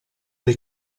dei